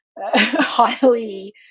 highly